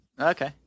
Okay